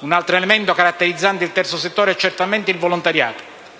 Un altro elemento caratterizzante il terzo settore è certamente il volontariato.